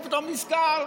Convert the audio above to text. ופתאום נזכר,